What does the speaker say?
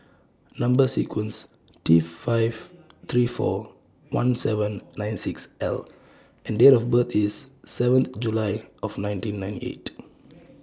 Number sequence T five three four one seven nine six L and Date of birth IS seventh July of nineteen ninety eight